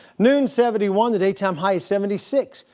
noon, seventy one. the daytime high is seventy six.